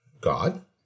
God